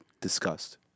discussed